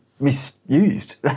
misused